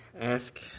ask